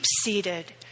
seated